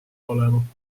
olema